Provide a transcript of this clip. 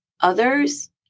others